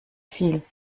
viel